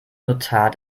notar